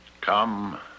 Come